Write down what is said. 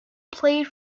played